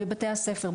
בבתי הספר,